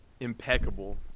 Impeccable